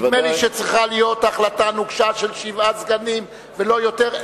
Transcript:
נדמה לי שצריכה להיות החלטה נוקשה של שבעה סגנים ולא יותר.